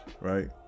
Right